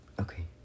Okay